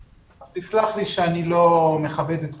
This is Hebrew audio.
סלח לי שאני מכבד את כולם.